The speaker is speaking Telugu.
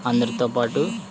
అందరితోపాటు